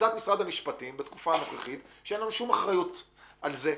עמדת משרד המשפטים בתקופה הנוכחית היא שאין לנו שום אחריות על זה,